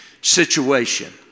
situation